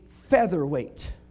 featherweight